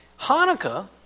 Hanukkah